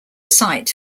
sight